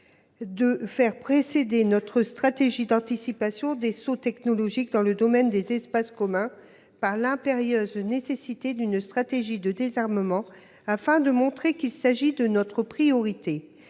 de faire précéder notre stratégie d'anticipation des sauts technologiques dans le domaine des espaces communs de l'impérieuse nécessité d'une stratégie de désarmement, afin de montrer qu'il s'agit de notre priorité.